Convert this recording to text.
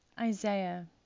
Isaiah